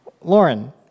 Lauren